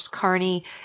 Carney